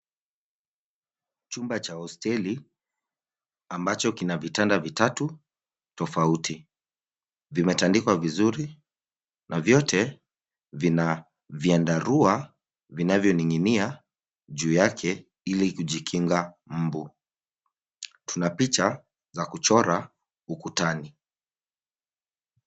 Chumba cha hosteli ambacho kina vitanda vitatu tofauti. Vimetandikwa vizuri na vyote vina vyandarua vinavyoning'inia juu yake ili kujikinga mbu. Tuna picha za kuchora ukutani.